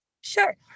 Sure